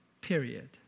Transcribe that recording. period